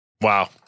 Wow